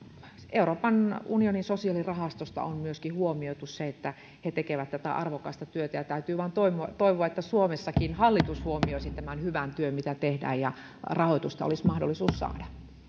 euroopan unionin sosiaalirahastosta on myöskin huomioitu että he tekevät tätä arvokasta työtä ja täytyy vain toivoa toivoa että suomessakin hallitus huomioisi tämän hyvän työn mitä tehdään ja rahoitusta olisi mahdollisuus saada